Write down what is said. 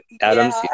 Adam's